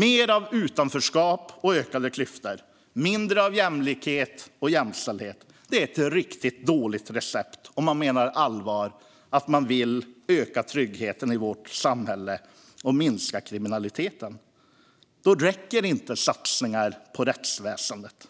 Mer av utanförskap och ökade klyftor och mindre av jämlikhet och jämställdhet - det är ett riktigt dåligt recept om man menar allvar med att man vill öka tryggheten i vårt samhälle och minska kriminaliteten. Då räcker det inte med satsningar på rättsväsendet.